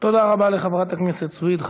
תודה רבה לחברת הכנסת סויד.